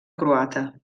croata